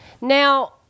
Now